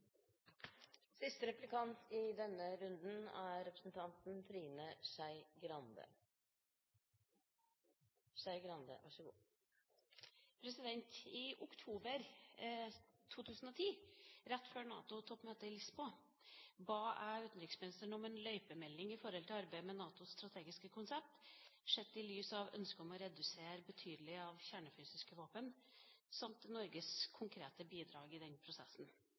I oktober 2010 rett før NATO-toppmøtet i Lisboa ba jeg utenriksministeren om en løypemelding i forhold til arbeidet med NATOs strategiske konsept, sett i lys av ønsket om å redusere betydelig kjernefysiske våpen samt Norges konkrete bidrag i den prosessen.